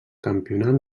campionat